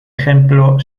ejemplo